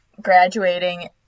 graduating